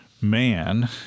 man